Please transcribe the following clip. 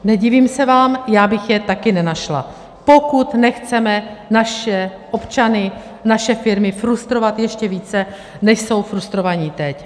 Nedivím se vám, já bych je taky nenašla, pokud nechceme naše občany, naše firmy frustrovat ještě více, než jsou frustrovaní teď.